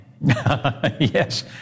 Yes